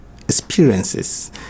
experiences